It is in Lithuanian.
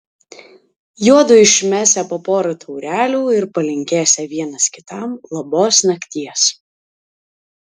juodu išmesią po porą taurelių ir palinkėsią vienas kitam labos nakties